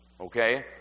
Okay